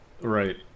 Right